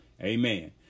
Amen